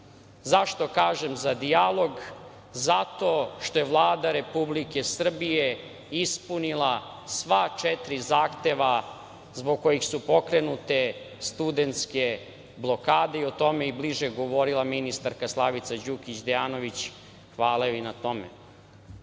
kažem za dijalog? Zato što je Vlada Republike Srbije ispunila sva četiri zahteva zbog kojih su pokrenute studentske blokade, i o tome je bliže govorila ministarka Slavica Đukić Dejanović. Hvala joj na tome. Danas